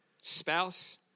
spouse